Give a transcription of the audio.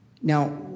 Now